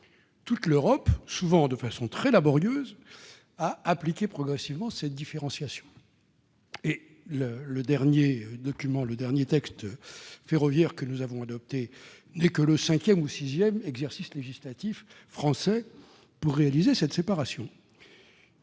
Toute l'Europe, souvent de façon très laborieuse, a appliqué progressivement cette différenciation. La loi pour un nouveau pacte ferroviaire que nous avons adoptée n'est que le cinquième ou sixième exercice législatif français destiné à mettre en oeuvre cette séparation.